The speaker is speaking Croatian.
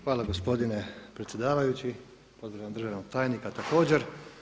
Hvala gospodine predsjedavajući, pozdravljam državnog tajnika također.